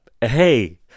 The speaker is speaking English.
hey